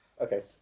Okay